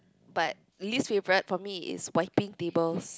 but least favorite for me is wiping tables